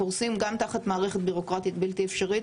קורסים גם תחת מערכת ביורוקרטית בלתי אפשרית